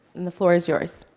and the floor is yours.